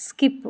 skip